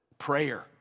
prayer